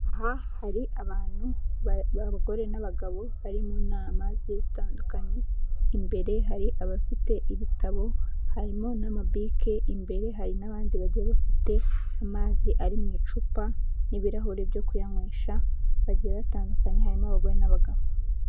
Aha hari abantu abagore n'abagabo bari mu nama zitandukanye, imbere hari abafite ibitabo harimo n'amapiki imbere hari n'abandi bagiye bafite amazi ari mu icupa n'ibirahuri byo kuyanywesha. Bagiye batandukanye harimo abagore n'abagabo.